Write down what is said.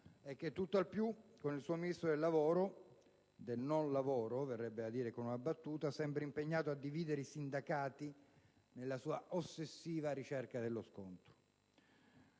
che tutt'al più, con il suo Ministro del lavoro (del non lavoro, verrebbe da dire con una battuta), sembra impegnato a dividere i sindacati nella sua ossessiva ricerca dello scontro.